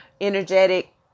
energetic